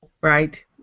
right